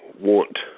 want